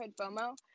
FOMO